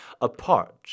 apart